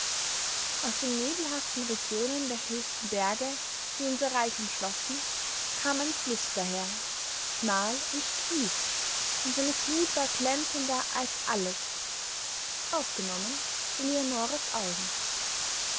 aus den nebelhaften regionen der höchsten berge die unser reich umschlossen kam ein fluß daher schmal und tief und seine flut war glänzender als alles ausgenommen eleonoras augen